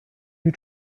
you